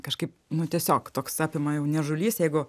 kažkaip nu tiesiog toks apima jau niežulys jeigu